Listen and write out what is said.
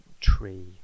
tree